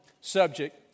subject